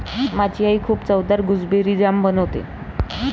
माझी आई खूप चवदार गुसबेरी जाम बनवते